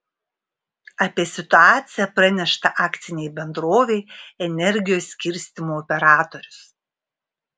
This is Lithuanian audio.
apie situaciją pranešta akcinei bendrovei energijos skirstymo operatorius